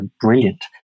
brilliant